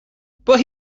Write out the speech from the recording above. but